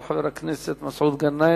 של חבר הכנסת מסעוד גנאים.